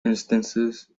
instances